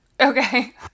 Okay